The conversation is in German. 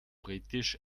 britisch